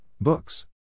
Books